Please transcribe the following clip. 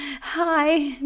hi